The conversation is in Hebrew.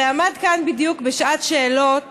הרי עמד כאן בדיוק בשעת שאלות